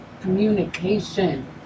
communication